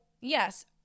yes